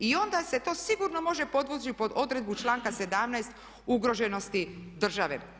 I onda se to sigurno može podvući pod odredbu članka 17. ugroženosti države.